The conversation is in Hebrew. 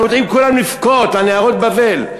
אנחנו יודעים כולנו לבכות על נהרות בבל,